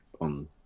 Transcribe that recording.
on